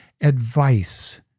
advice